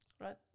Right